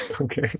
Okay